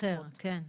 לכן,